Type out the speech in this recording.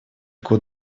год